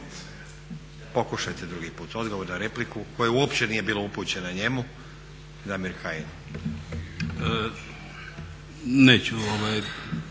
Pokušajte drugi put. Odgovor na repliku, koja uopće nije bila upućena njemu, Damir Kajin.